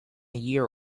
year